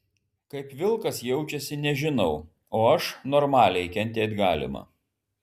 kaip vilkas jaučiasi nežinau o aš normaliai kentėt galima